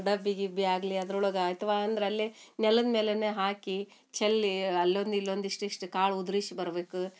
ಡಬ್ಬಿ ಗಿಬ್ಬಿ ಆಗಲಿ ಅದ್ರೊಳಗೆ ಐತವಾ ಅಂದ್ರೆ ಅಲ್ಲೇ ನೆಲದ ಮೇಲೆ ಹಾಕಿ ಚೆಲ್ಲಿ ಅಲ್ಲೊಂದು ಇಲ್ಲೊಂದಿಷ್ಟಿಷ್ಟು ಕಾಳು ಉದ್ರಿಸಿ ಬರ್ಬೇಕು